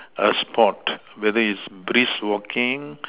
a sport whether it's brisk walking